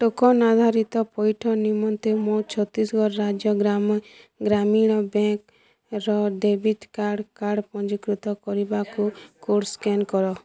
token ଆଧାରିତ ପଇଠ ନିମନ୍ତେ ମୋ ଛତିଶଗଡ଼ ରାଜ୍ୟ ଗ୍ରାମ ଗ୍ରାମୀଣ ବ୍ୟାଙ୍କ୍ ର ଡେବିଟ୍ କାର୍ଡ଼୍ କାର୍ଡ଼ ପଞ୍ଜୀକୃତ କରିବାକୁ କୋଡ଼୍ ସ୍କାନ୍ କର